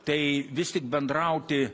tai vis tik bendrauti